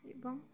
এবং